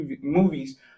movies